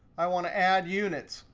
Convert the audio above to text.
i want to add units.